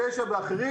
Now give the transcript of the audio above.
9 ואחרים.